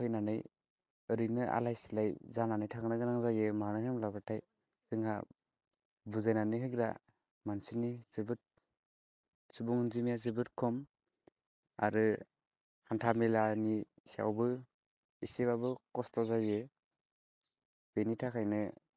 फैनानै ओरैनो आलाय सिलाय जानानै थांनो गोनां जायो मानो होनोब्लाथाय जोंहा बुजायनानै होग्रा मानसिनि जोबोद सुबुं अन्जिमाया जोबोर खम आरो हान्था मेलानि सायावबो एसेबाबो खस्थ' जायो बेनि थाखायनो